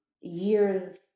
years